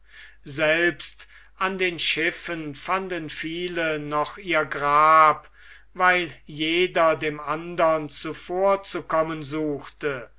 selbst an den schiffen fanden viele noch ihr grab weil jeder dem andern zuvorzukommen suchte